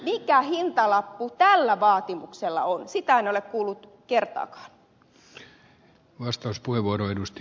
mikä hintalappu tällä vaatimuksella on sitä en ole kuullut kertaakaan